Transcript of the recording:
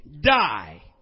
die